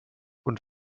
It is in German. und